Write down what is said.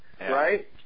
right